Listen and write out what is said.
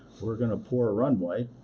we're going to pour a runway,